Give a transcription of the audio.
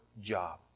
job